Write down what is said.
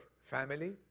family